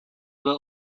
were